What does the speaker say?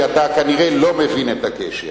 כי אתה כנראה לא מבין את הקשר.